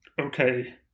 Okay